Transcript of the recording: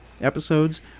episodes